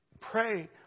Pray